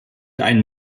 einen